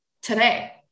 today